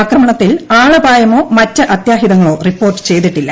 ആക്രമണത്തിൽ ആളപായമോമറ്റ്അത്യാഹിതങ്ങളോറിപ്പോർട്ട്ചെയ്തിട്ടില്ല